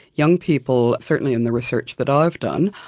young people, certainly in the research that i've done,